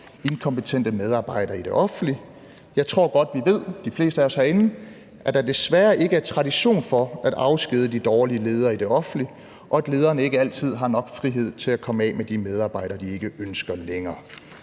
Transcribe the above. inkompetente medarbejdere i det offentlige. Jeg tror godt, vi ved, de fleste af os herinde, at der desværre ikke er tradition for at afskedige de dårlige ledere i det offentlige, og at lederne ikke altid har nok frihed til at komme af med de medarbejdere, de ikke ønsker længere.